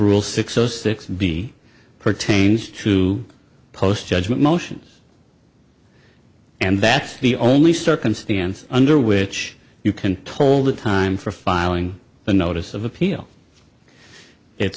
rule six zero six be pertains to post judgment motions and that's the only circumstance under which you can told the time for filing the notice of appeal it's